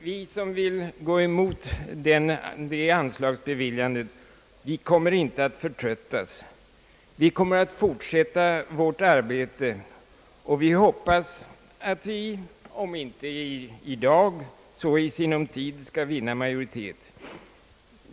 Vi som vill gå emot det anslaget kommer inte att förtröttas. Vi kommer att fortsätta vårt arbete, och vi hoppas att vi om inte i dag så i sinom tid skall vinna majoritet.